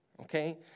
okay